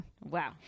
Wow